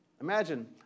Imagine